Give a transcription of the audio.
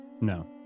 No